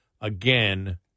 again